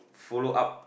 follow up